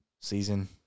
Season